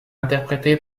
interprétée